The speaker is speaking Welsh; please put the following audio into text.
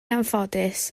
anffodus